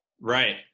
right